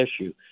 issue